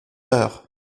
eure